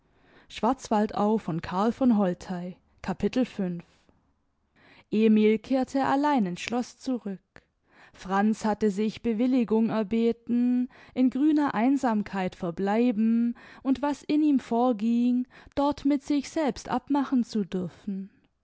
capitel emil kehrte allein in's schloß zurück franz hatte sich bewilligung erbeten in grüner einsamkeit verbleiben und was in ihm vorging dort mit sich selbst abmachen zu dürfen